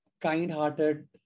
kind-hearted